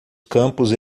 campos